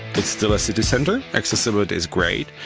it's still a city center, accessibility is great,